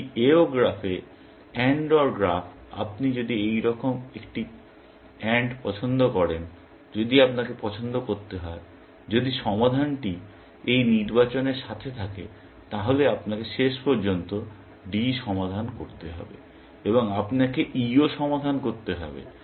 একটি AO গ্রাফে AND OR গ্রাফ আপনি যদি এইরকম একটি AND পছন্দ করেন যদি আপনাকে পছন্দ করতে হয় যদি সমাধানটি এই নির্বাচনের সাথে থাকে তাহলে আপনাকে শেষ পর্যন্ত D সমাধান করতে হবে এবং আপনাকে Eও সমাধান করতে হবে